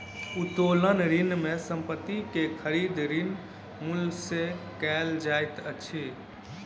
उत्तोलन ऋण में संपत्ति के खरीद, ऋण मूल्य सॅ कयल जाइत अछि